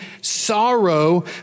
sorrow